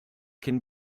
can